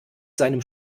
seinem